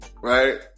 right